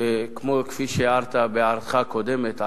שכפי שהערת בהערתך הקודמת,